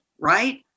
right